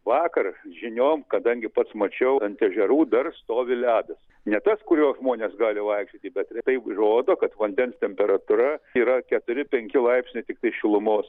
vakar žiniom kadangi pats mačiau ant ežerų dar stovi ledas ne tas kurio žmonės gali vaikščioti bet tai rodo kad vandens temperatūra yra keturi penki laipsniai tiktai šilumos